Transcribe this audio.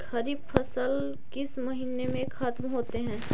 खरिफ फसल किस महीने में ख़त्म होते हैं?